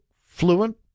fluent